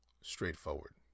straightforward